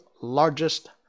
largest